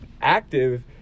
active